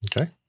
Okay